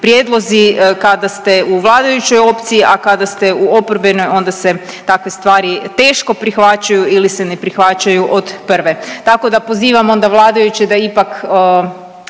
prijedlozi kada ste u vladajućoj opciji, a kada ste u oporbenoj onda se takve stvari teško prihvaćaju ili se ne prihvaćaju od prve. Tako da pozivam onda vladajuće da ipak